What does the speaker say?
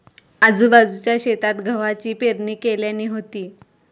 आजूबाजूच्या शेतात गव्हाची पेरणी केल्यानी होती